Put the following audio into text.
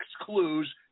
clues